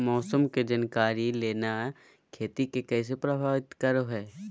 मौसम के जानकारी लेना खेती के कैसे प्रभावित करो है?